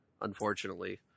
unfortunately